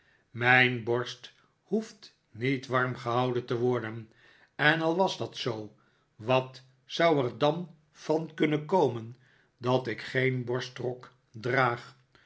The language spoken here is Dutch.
mijn borst hoeft niet warm gehouden te worden en al was dat zoo wat zou er dan van kunnen komen dat ik geen borstrok draag